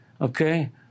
okay